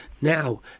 now